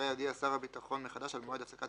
ולאחריה יודיע שר הביטחון מחדש על מועד הפסקת